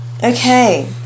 Okay